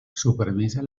supervisa